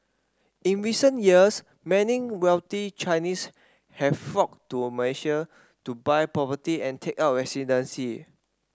in recent years many wealthy Chinese have flocked to Malaysia to buy property and take up residency